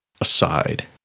aside